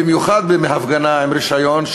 במיוחד בהפגנה עם רישיון,